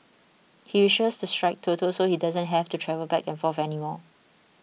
he wishes to strike Toto so he doesn't have to travel back and forth anymore